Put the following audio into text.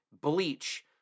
bleach